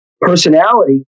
personality